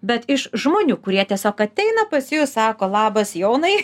bet iš žmonių kurie tiesiog ateina pas jus sako labas jonai